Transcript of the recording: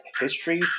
History